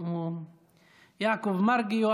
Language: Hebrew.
יעקב מרגי,